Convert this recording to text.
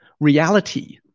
reality